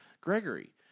Gregory